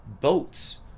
boats